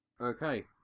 Okay